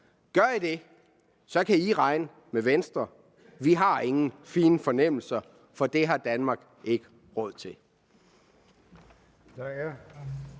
Gør man det, kan man regne med Venstre. Vi har ingen fine fornemmelser, for det har Danmark ikke råd til.